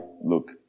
look